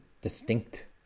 distinct